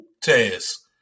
task